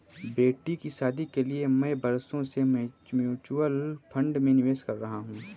बेटी की शादी के लिए मैं बरसों से म्यूचुअल फंड में निवेश कर रहा हूं